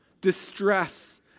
distress